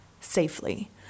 safely